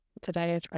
today